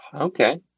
Okay